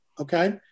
okay